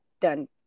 done